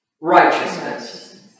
righteousness